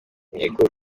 intego